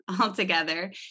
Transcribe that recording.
altogether